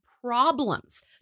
problems